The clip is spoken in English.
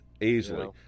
easily